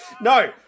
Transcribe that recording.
no